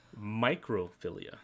Microphilia